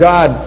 God